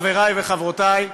חברי וחברותי,